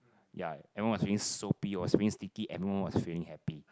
ya everyone was feeling soapy was feeling sticky everyone was feeling happy